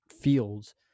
fields